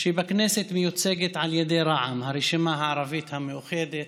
שבכנסת מיוצג על ידי רע"ם, הרשימה הערבית המאוחדת.